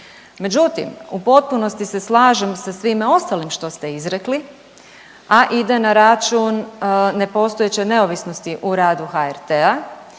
Međutim, u potpunosti se slažem sa svime ostalim što ste izrekli, a ide na račun nepostojeće neovisnosti u radu HRT-a.